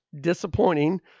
Disappointing